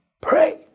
pray